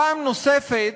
פעם נוספת,